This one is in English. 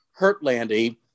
Hurtlandy